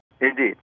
Indeed